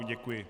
Děkuji.